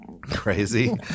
Crazy